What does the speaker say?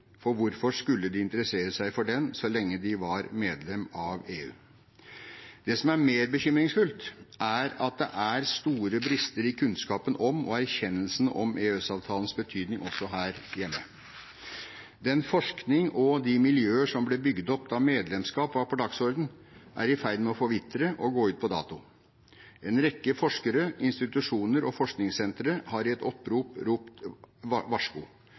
for hvorfor skulle de interessere seg for den, så lenge de var medlem av EU? Det som er mer bekymringsfullt, er at det er store brister i kunnskapen om og erkjennelsen av EØS-avtalens betydning også her hjemme. Den forskning og de miljøer som ble bygd opp da medlemskap var på dagsordenen, er i ferd med å forvitre og gå ut på dato. En rekke forskere, institusjoner og forskningssentre har i et opprop ropt varsko.